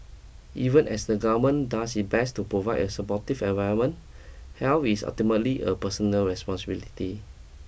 even as the government does its best to provide a supportive environment health is ultimately a personal responsibility